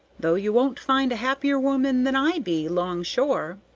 though you won't find a happier woman than i be, long shore.